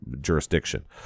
Jurisdiction